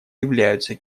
являются